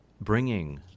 bringing